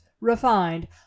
refined